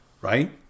Right